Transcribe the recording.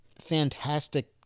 fantastic